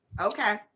okay